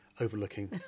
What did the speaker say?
overlooking